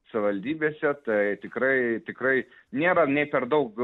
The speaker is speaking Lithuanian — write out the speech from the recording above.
savivaldybėse tai tikrai tikrai nėra nei per daug